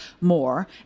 more